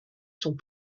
sont